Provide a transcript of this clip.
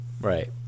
Right